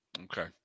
Okay